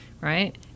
right